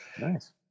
Nice